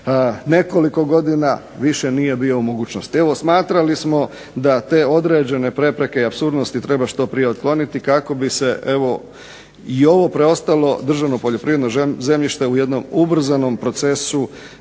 nekoliko godina više nije bio u mogućnosti. Evo smatrali smo da te određene prepreke i apsurdnosti treba što prije otkloniti kako bi se i ovo preostalo državno poljoprivredno zemljište u jednom ubrzanom procesu